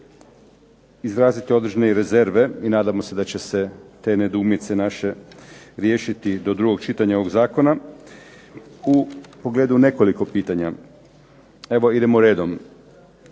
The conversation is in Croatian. izraziti određene rezerve i nadamo se da će te nedoumice naše riješiti do drugog čitanja ovog zakona u pogledu nekoliko pitanja. Evo idemo redom